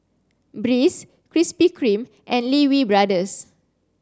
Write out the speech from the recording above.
Breeze Krispy Kreme and Lee Wee Brothers